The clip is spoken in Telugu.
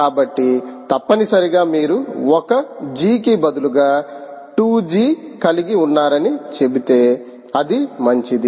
కాబట్టి తప్పనిసరిగా మీరు 1G కి బదులుగా 2G కలిగి ఉన్నారని చెబితే అది మంచిది